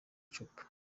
icupa